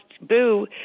Boo